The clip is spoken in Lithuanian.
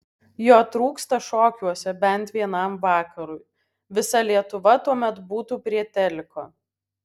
jo trūksta šokiuose bent vienam vakarui visa lietuva tuomet būtų prie teliko